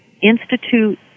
institute